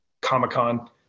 comic-con